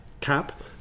cap